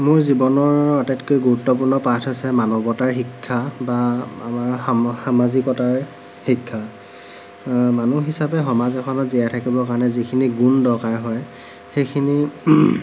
মোৰ জীৱনৰ আটাইতকৈ গুৰুত্বপূৰ্ণ পাঠ হৈছে মানৱতাৰ শিক্ষা বা আমাৰ সা সামাজিকতাৰ শিক্ষা মানুহ হিচাবে সমাজ এখনত জীয়াই থাকিবৰ কাৰণে যিখিনি গুণ দৰকাৰ হয় সেইখিনি